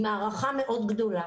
היא מערכה מאוד גדולה.